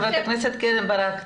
חברת הכנסת קרן ברק.